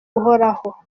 uhoraho